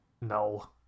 No